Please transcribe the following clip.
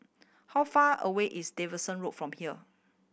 how far away is Davidson Road from here